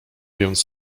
więc